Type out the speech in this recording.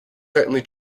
certainly